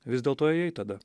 vis dėlto ėjai tada